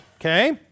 Okay